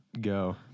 go